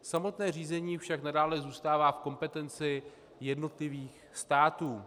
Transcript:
Samotné řízení však nadále zůstává v kompetenci jednotlivých států.